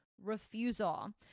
refusal